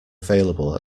available